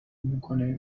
میکنه